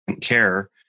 care